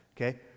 okay